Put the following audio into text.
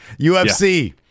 UFC